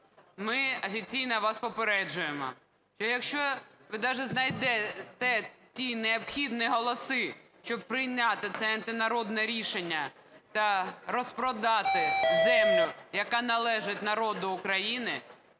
Ми офіційно вас попереджуємо, що якщо ви даже знайдете ті необхідні голоси, щоб прийняти цей антинародне рішення та розпродати землю, яка належить народу України,